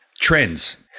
Trends